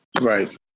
right